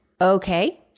Okay